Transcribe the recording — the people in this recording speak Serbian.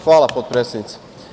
Hvala, potpredsednice.